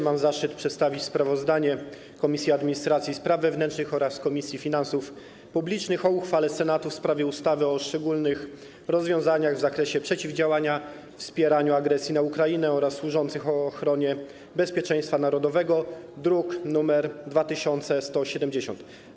Mam zaszczyt przedstawić sprawozdanie Komisji Administracji i Spraw Wewnętrznych oraz Komisji Finansów Publicznych o uchwale Senatu w sprawie ustawy o szczególnych rozwiązaniach w zakresie przeciwdziałania wspieraniu agresji na Ukrainę oraz służących ochronie bezpieczeństwa narodowego, druk nr 2170.